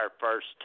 first